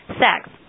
sex